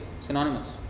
synonymous